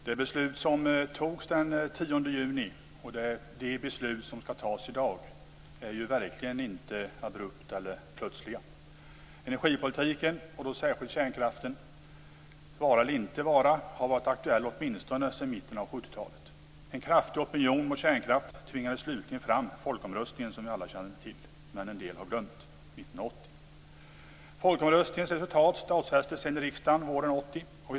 Herr talman! Det beslut som fattades den 10 juni och det beslut som skall fattas i dag är verkligen inte abrupta eller plötsliga. Energipolitiken, och då särskilt kärnkraftens vara eller inte vara, har varit aktuell åtminstone sedan mitten av 70-talet. En kraftig opinion mot kärnkraft tvingade slutligen fram den folkomröstning 1980 som vi alla känner till - men som en del har glömt. Folkomröstningens resultat stadfästes sedan i riksdagen våren 1980.